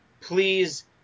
Please